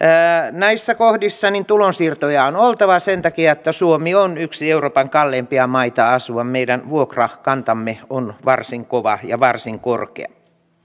näissä kohdissa niin tulonsiirtoja on oltava sen takia että suomi on yksi euroopan kalleimpia maita asua meidän vuokrakantamme on varsin kova ja varsin korkea